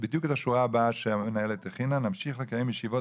כיוונת בדיוק לשורה הבאה שהמנהלת הכינה: נמשיך לקיים ישיבות